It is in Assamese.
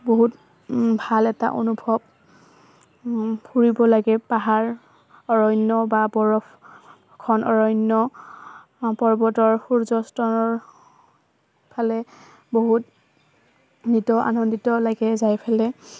বহুত ভাল এটা অনুভৱ ফুৰিব লাগে পাহাৰ অৰণ্য বা বৰফখন অৰণ্য পৰ্বতৰ ফালে বহুত আনন্দিত লাগে যাই ফেলাই